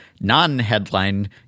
non-headline